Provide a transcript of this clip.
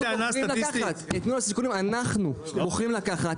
אפס חיות מתוך 814 אלף ---- אנחנו בוחרים לקחת